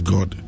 God